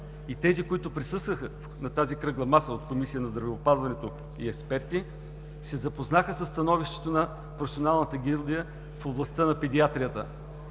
и тези, които присъстваха от Комисията по здравеопазване и експерти, се запознаха със становището на професионалната гилдия в областта на педиатрията.